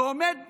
ועומד בפניי,